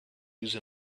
use